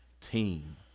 team